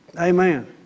Amen